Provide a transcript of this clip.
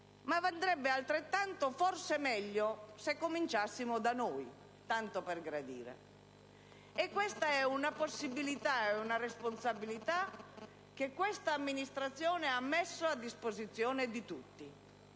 ma andrebbe altrettanto bene, e forse meglio, se cominciassimo da noi, tanto per gradire. Si tratta di una possibilità e di una responsabilità che questa amministrazione ha messo a disposizione di tutti.